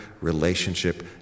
relationship